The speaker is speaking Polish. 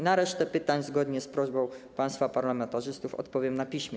Na resztę pytań, zgodnie z prośbą państwa parlamentarzystów, odpowiem na piśmie.